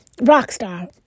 Rockstar